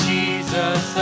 Jesus